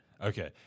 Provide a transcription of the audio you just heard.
Okay